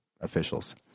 officials